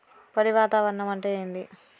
పొడి వాతావరణం అంటే ఏంది?